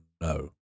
no